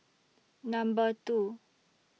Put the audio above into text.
Number two